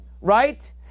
right